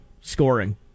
scoring